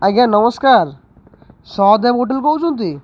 ଆଜ୍ଞା ନମସ୍କାର ସହଦେବ ହୋଟେଲ କହୁଛନ୍ତି